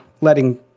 letting